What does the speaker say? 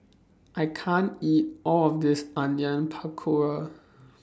I can't eat All of This Onion Pakora